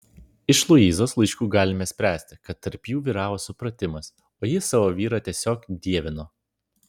iš luizos laiškų galime spręsti kad tarp jų vyravo supratimas o ji savo vyrą tiesiog dievino